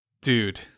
dude